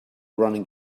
running